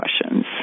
questions